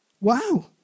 Wow